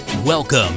Welcome